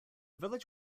village